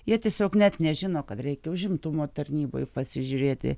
jie tiesiog net nežino kad reikia užimtumo tarnyboj pasižiūrėti